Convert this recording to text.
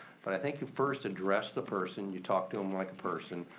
but i think you first address the person, you talk to em like a person,